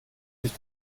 sich